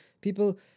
people